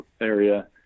area